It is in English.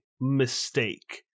mistake